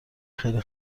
خیلی